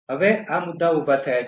હવે આ મુદ્દાઓ ઉભા થયા છે